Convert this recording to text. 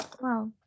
Wow